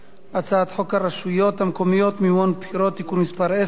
הצעת חוק הרשויות המקומיות (מימון בחירות) (תיקון מס' 10),